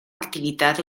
activitat